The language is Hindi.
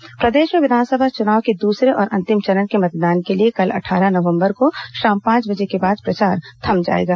च्नावी शोरगुल प्रदेश में विधानसभा चुनाव के दूसरे और अंतिम चरण के मतदान के लिए कल अट्ठारह नवंबर को शाम पांच बजे के बाद प्रचार थम जाएगा